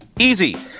Easy